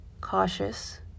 cautious